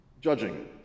judging